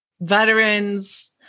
veterans